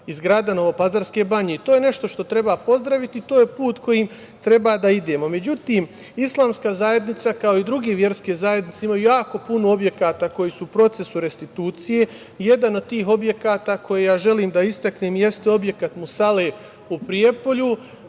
i zgrada Novopazarske banje. To je nešto što treba pozdraviti, to je put kojim treba da idemo.Međutim, islamska zajednica kao i druge verske zajednice imaju jako punoobjekata koji su u procesu restitucije. Jedan od tih objekata koji ja želim da istaknem jeste objekat Musale u Prijepolju